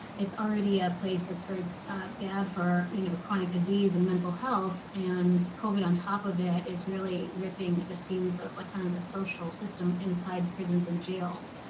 it's already a place that's very bad for you know chronic disease and mental health. and covid on top of it is really ripping at the seams of like kind of the social system inside prisons and jails.